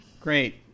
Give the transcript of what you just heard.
Great